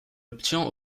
obtient